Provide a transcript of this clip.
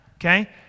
Okay